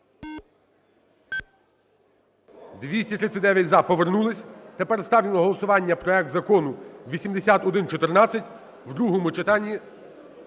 239 –за. Повернулись. Тепер ставлю на голосування проект Закону 8114 в другому читанні